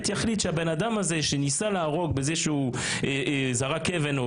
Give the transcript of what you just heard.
יחליט שהבנאדם הזה שניסה להרוג בזה שהוא זרק אבן,